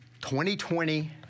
2020